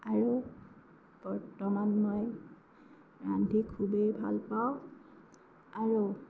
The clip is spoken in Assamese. আৰু বৰ্তমান মই ৰান্ধি খুবেই ভালপাওঁ আৰু